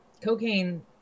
cocaine